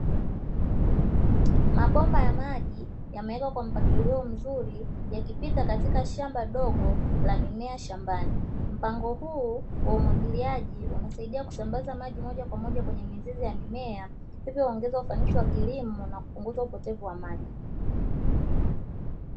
Mabomba ya maji yamewekwa katika mpangilio mzuri, yakipita Katika shamba dogo la mimea shambani. Mpango huu wa umwagiliaji unasaidia kusambaza maji moja kwa moja kwenye mimea hivyo huongeza ufanisi wa kilimo na kusaidia kupunguza upotevu wa maji.